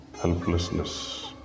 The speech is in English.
helplessness